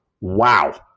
Wow